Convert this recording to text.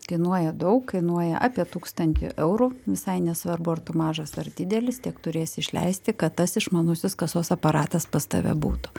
kainuoja daug kainuoja apie tūkstantį eurų visai nesvarbu ar tu mažas ar didelis tiek turėsi išleisti kad tas išmanusis kasos aparatas pas tave būtų